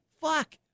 fuck